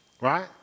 Right